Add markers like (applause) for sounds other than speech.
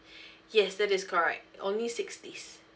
(breath) yes that is correct only six days